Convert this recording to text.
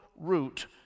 root